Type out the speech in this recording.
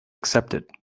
accepted